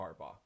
Harbaugh